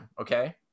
okay